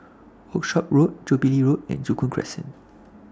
Workshop Road Jubilee Road and Joo Koon Crescent